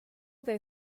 they